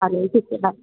आणि ठीक आहे बाय